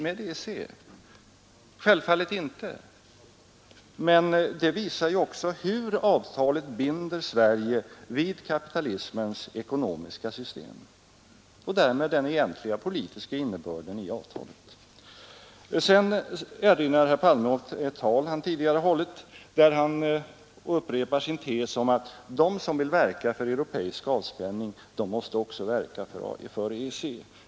Självfallet inte. Det visar ju också hur avtalet binder Sverige vid kapitalismens ekonomiska system och därmed den egentliga politiska innebörden i avtalet. Sedan erinrade herr Palme om ett tal som han tidigare hållit, vari han upprepade sin tes om att de som vill verka för europeisk avspänning Tisdagen den också måste verka för EEC.